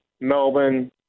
Melbourne